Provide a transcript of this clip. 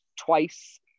twice